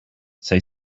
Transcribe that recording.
say